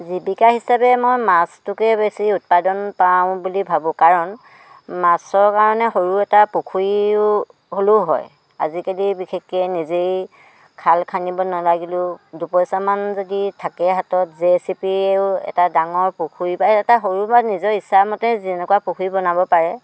জীৱিকা হিচাপে মই মাছটোকে বেছি উৎপাদন পাওঁ বুলি ভাবোঁ কাৰণ মাছৰ কাৰণে সৰু এটা পুখুৰীও হ'লেও হয় আজিকালি বিশেষকৈ নিজেই খাল খান্দিব নালাগিলেও দুপইচামান যদি থাকে হাতত জে চি পিও এটা ডাঙৰ পুখুৰী বা এটা সৰু বা নিজৰ ইচ্ছা মতে যেনেকুৱা পুখুৰী বনাব পাৰে